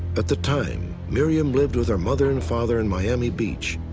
at the time, miriam lived with her mother and father in miami beach.